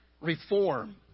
reform